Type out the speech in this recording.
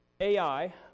AI